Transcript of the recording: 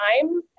time